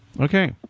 Okay